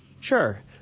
Sure